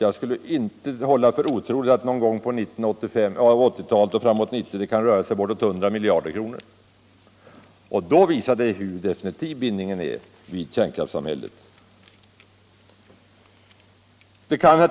Jag håller inte för otroligt att det någon gång på 1980-talet, framåt 1990, kan röra sig om bortåt 100 miljarder kronor. Det visar hur definitiv bindningen vid kärnkraftssamhället blivit redan nu.